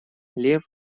лев